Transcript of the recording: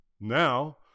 Now